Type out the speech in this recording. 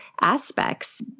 aspects